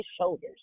shoulders